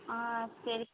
ஆ சரி